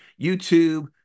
YouTube